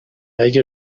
اگه